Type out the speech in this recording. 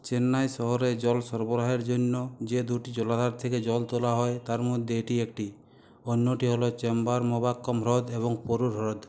চেন্নাই শহরে জল সরবরাহের জন্য যে দুটি জলাধার থেকে জল তোলা হয় তার মধ্যে এটি একটি অন্যটি হল চেম্বরমবাক্কম হ্রদ এবং পোরুর হ্রদ